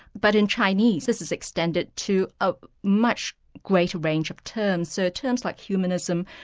but in chinese this is extended to a much greater range of terms. so terms like humanism,